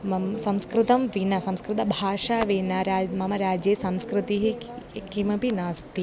मम संस्कृतं विना संस्कृतभाषा विना रा मम राज्ये संस्कृतिः किमपि नास्ति